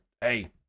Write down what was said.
hey